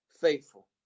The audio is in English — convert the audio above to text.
faithful